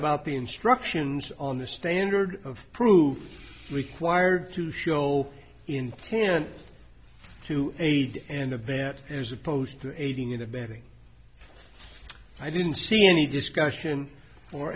about the instructions on the standard of proof required to show intent to aid and abet as opposed to aiding and abetting i didn't see any discussion or